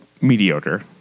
mediocre